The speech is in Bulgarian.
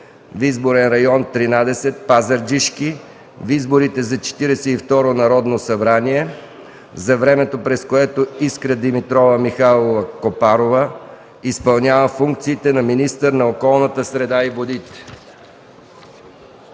в изборен район 13. Пазарджишки в изборите за Четиридесет и второ Народно събрание, за времето, през което Искра Димитрова Михайлова-Копарова изпълнява функциите на министър на околната среда и водите.